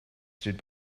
stood